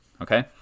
okay